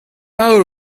hour